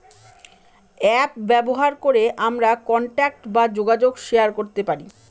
app ব্যবহার করে আমরা কন্টাক্ট বা যোগাযোগ শেয়ার করতে পারি